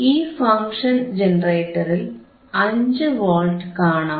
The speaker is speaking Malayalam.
ഈ ഫങ്ഷൻ ജനറേറ്ററിൽ 5 വോൾട്ട് കാണാം